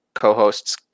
co-hosts